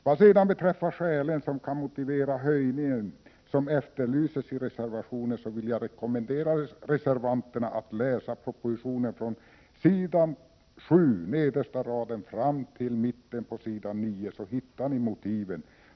Vad sedan beträffar skälen, som kan motivera höjningen, som efterlyses i reservationen vill jag rekommendera reservanterna att läsa propositionen från s. 7, nedersta raden, fram till mitten avs. 9, så hittar ni motiven.